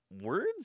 Words